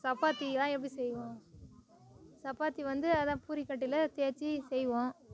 சாப்பாத்தி தான் எப்படி செய்வோம் சப்பாத்தி வந்து அதான் பூரி கட்டையில் தேய்ச்சி செய்வோம்